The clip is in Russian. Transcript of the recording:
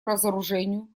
разоружению